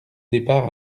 départ